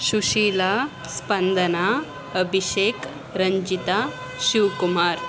Sushila Spandana Abhishek Ranjita Shivkumar